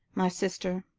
my sister,